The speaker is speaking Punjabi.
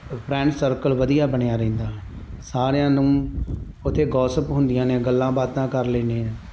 ਫਰੈਂਡ ਸਰਕਲ ਵਧੀਆ ਬਣਿਆ ਰਹਿੰਦਾ ਹੈ ਸਾਰਿਆਂ ਨੂੰ ਉੱਥੇ ਗੌਸਪ ਹੁੰਦੀਆਂ ਨੇ ਗੱਲਾਂ ਬਾਤਾਂ ਕਰ ਲੈਂਦੇ ਆ